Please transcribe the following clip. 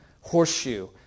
horseshoe